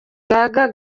gaga